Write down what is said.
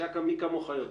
ראש אכ"א, מי כמוך יודע.